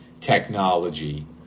technology